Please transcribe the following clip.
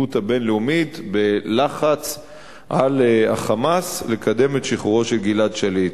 מהמנהיגות הבין-לאומית בלחץ על ה"חמאס" לקדם את שחרורו של גלעד שליט.